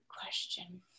question